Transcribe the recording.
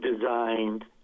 designed